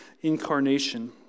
incarnation